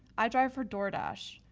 i drive for doordash.